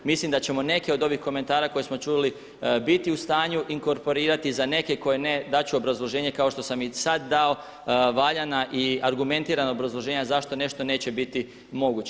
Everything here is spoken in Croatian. Mislim da ćemo neke ovih komentara koje smo čuli biti u stanju inkorporirati, za neke koje ne dat ću obrazloženje kao što sam i sada dao, valjana i argumentirana obrazloženja zašto nešto neće biti moguće.